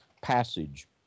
passage